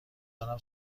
دارم